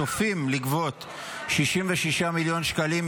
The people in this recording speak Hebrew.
צופים לגבות 66 מיליון שקלים,